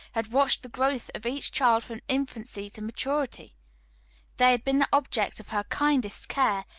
had watched the growth of each child from infancy to maturity they had been the objects of her kindest care,